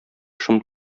шом